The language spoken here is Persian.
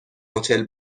هتل